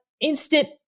instant